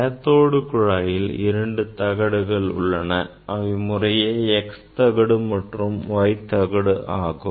cathode குழாயில் இரண்டு தகடுகள் உள்ளன அவை முறையே X தகடு மற்றும் Y தகடு ஆகும்